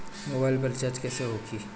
Mobile पर recharge कैसे होखी?